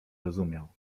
rozumiał